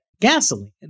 gasoline